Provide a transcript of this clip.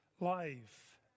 life